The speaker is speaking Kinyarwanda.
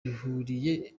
bihuriye